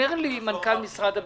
מנכ"ל משרד הביטחון,